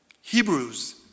Hebrews